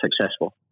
successful